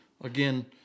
Again